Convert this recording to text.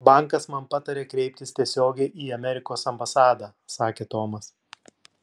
bankas man patarė kreiptis tiesiogiai į amerikos ambasadą sakė tomas